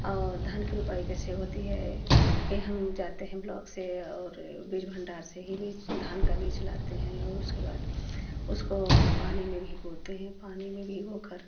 और धान की रोपाई कैसे होती है यह हम जाते हैं ब्लॉक से और बीज भंडार से ही बीज धान का बीज लाते हैं और उसके बाद उसको हम पानी में भिगोते हैं पानी में भिगोकर